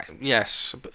Yes